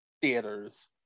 theaters